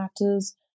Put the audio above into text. matters